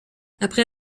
après